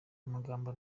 amagambo